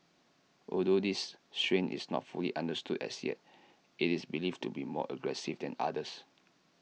although this strain is not fully understood as yet IT is believed to be more aggressive than others